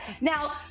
Now